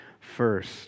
first